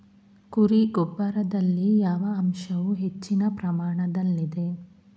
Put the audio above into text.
ಕುರಿ ಗೊಬ್ಬರದಲ್ಲಿ ಯಾವ ಅಂಶವು ಹೆಚ್ಚಿನ ಪ್ರಮಾಣದಲ್ಲಿದೆ?